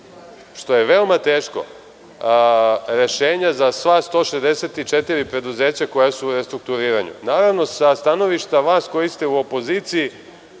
što je veoma teško, rešenje za sva ta 164 preduzeća koja su u restrukturiranju. Naravno, sa stanovišta vas koji ste u opoziciji,